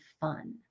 fun